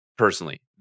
personally